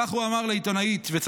כך הוא אמר לעיתונאית וצדק.